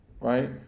right